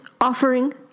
Offering